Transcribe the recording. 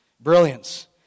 Brilliance